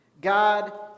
God